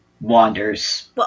wanders